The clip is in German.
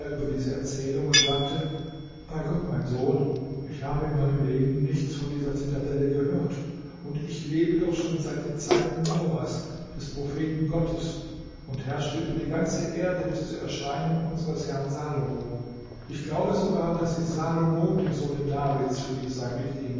über diese erzählung und sagte bei gott mein sohn ich habe in meinem leben nichts von dieser zitadelle gehört und ich lebe doch schon seit den zeiten noahs des propheten gottes und herrschte über die ganze erde bis zur erscheinung unseres herrn salomo ich glaube sogar daß sie salomo dem sohne davids friede sei mit ihm